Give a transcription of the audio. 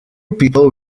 people